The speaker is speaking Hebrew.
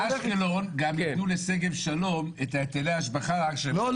אשקלון גם יתנו לשגב שלום את היטלי ההשבחה --- אז ככה יהיה -- לא,